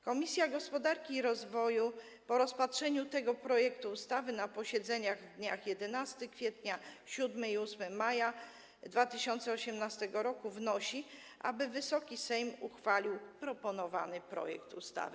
Komisja Gospodarki i Rozwoju po rozpatrzeniu tego projektu ustawy na posiedzeniach w dniach 11 kwietnia, 7 i 8 maja 2018 r. wnosi, aby Wysoki Sejm uchwalił proponowany projekt ustawy.